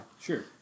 Sure